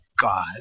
God